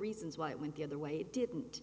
reasons why it went the other way didn't